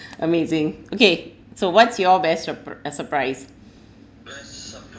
amazing okay so what's your best surpri~ uh surprise